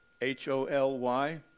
H-O-L-Y